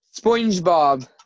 Spongebob